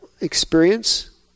experience